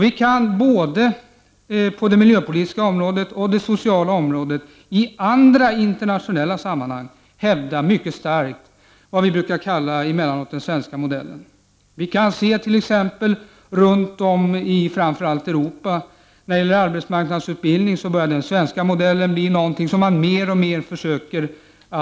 Vi kan både på det miljöpolitiska området och på det sociala området i andra internationella sammanhang hävda mycket starkt vad vi emellanåt kallar den svenska modellen. Vi kan t.ex. se runt om, framför allt i Europa, hur den svenska modellen för arbetsmarknadsutbildning mer och mer blir någonting som man försöker efterlikna.